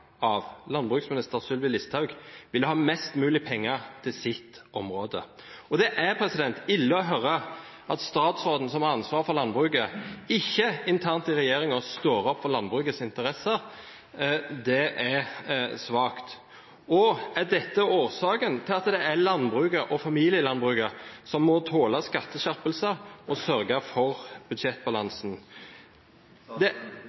av landbruksminister Sylvi Listhaug, ville ha mest mulig penger til sitt område. Og det er ille å høre at statsråden som har ansvar for landbruket, ikke internt i regjeringen står opp for landbrukets interesser. Det er svakt. Er dette årsaken til at det er landbruket, og familielandbruket, som må tåle skatteskjerpelser og sørge for budsjettbalansen? Det